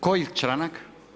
Koji članak?